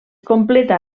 completa